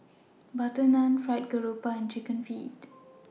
Butter Naan Fried Garoupa and Chicken Feet